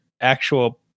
actual